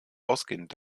ausgehend